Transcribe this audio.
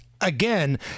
Again